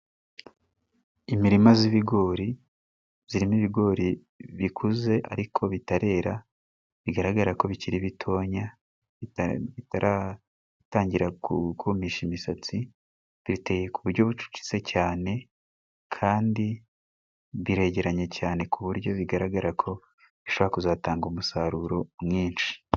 Imirima z'ibigori zirimo ibigori bikuze ariko bitarera, bigaragara ko bikiri bitonya bitaratangira kumisha imisatsi, biteye ku buryo bucucitse cyane kandi biregeranye cyane, ku buryo bigaragara ko bishobora kuzatanga umusaruro mwinshi.